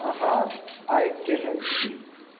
अहाँ आइ केहन छी